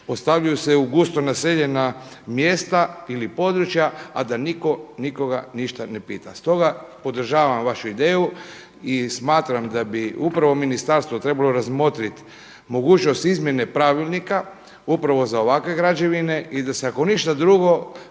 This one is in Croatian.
postavljaju se u gusto naseljena mjesta ili područja a da nitko nikoga ništa ne pita. Stoga, podržavam vašu ideju i smatram da bi upravo ministarstvo trebalo razmotriti mogućnost izmjene Pravilnika upravo za ovakve građevine i da se ako ništa drugo